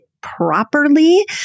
properly